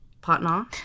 partner